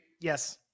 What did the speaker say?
Yes